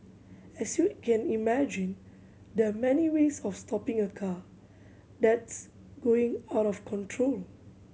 as you can imagine there are many ways of stopping a car that's going out of control